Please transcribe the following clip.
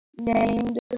named